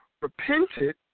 repented